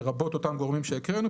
לרבות אותם גורמים שהקראנו,